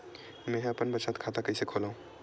मेंहा अपन बचत खाता कइसे खोलव?